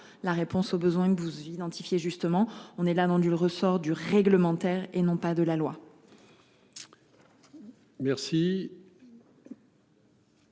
la réponse aux besoins de vous identifier justement, on est là dans du ressort du réglementaire et non pas de la loi. Merci.